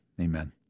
Amen